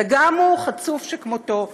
וגם הוא, חצוף שכמותו.